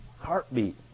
heartbeat